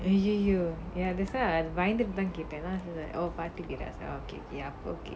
!aiyiyo! ya that's why I பயந்துட்டு தான் கேட்டேன் பாட்டி பெயரை அப்போ:bayanthuttu thaan kettaen paati pera appo okay yup okay